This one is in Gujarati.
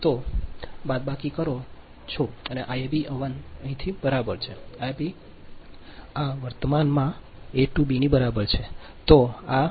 હવે હું બાદબાકી કરું છું Iab અહીંથી બરાબર છે Iab આ વર્તમાન વર્તમાનમાં a to b ની બરાબર છે